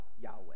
yahweh